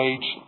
Age